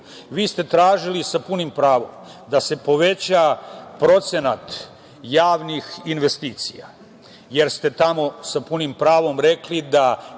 Vi ste tražili sa punim pravom da se poveća procenat javnih investicija, jer ste tamo sa punim pravom rekli da